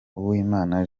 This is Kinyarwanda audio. uwimana